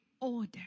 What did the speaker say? order